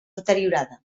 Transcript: deteriorada